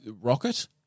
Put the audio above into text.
Rocket